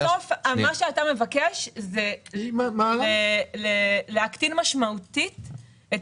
מה שאתה מבקש זה להקטין משמעותית את